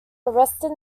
arrested